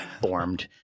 Formed